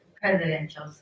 presidential